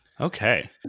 Okay